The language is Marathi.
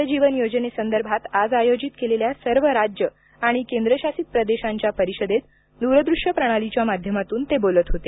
जल जीवन योजनेसंदर्भात आज आयोजित केलेल्या सर्व राज्य आणि केंद्रशासित प्रदेशांच्या परिषदेत दूरदृश्य प्रणालीच्या माध्यमातून ते बोलत होते